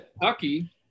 Kentucky